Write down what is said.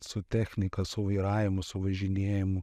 su technika su vairavimu su važinėjimu